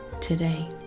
today